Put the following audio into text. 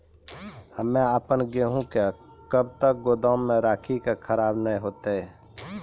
हम्मे आपन गेहूँ के कब तक गोदाम मे राखी कि खराब न हते?